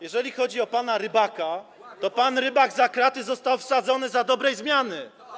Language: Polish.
jeżeli chodzi o pana Rybaka, to pan Rybak za kraty został wsadzony za dobrej zmiany.